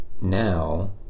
now